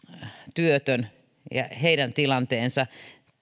työtön ja heidän tilanteensa